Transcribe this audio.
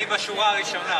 אני בשורה הראשונה.